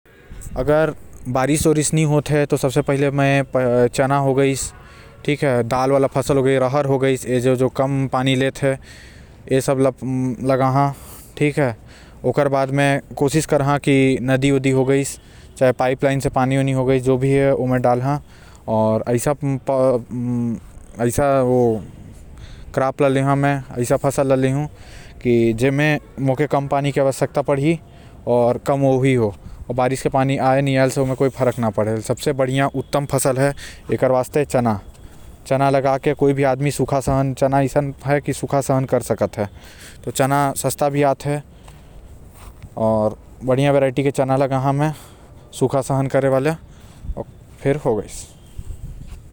अगर पानी नि गिरते त मै चना ल लगाया करु आऊ दाल वाला फसल जैसे राहर हो गइस। जो कम पानी चाहत हे साथ ही मैं बोर वेल के सुविधा ल अपनाहु।